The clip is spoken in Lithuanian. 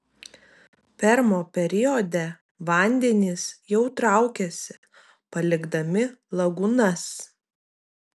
permo periode vandenys jau traukiasi palikdami lagūnas